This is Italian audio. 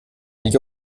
gli